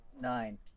Nine